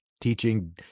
teaching